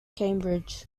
cambridge